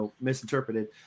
misinterpreted